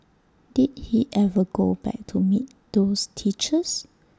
did he ever go back to meet those teachers